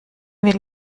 will